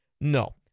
No